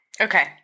Okay